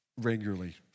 regularly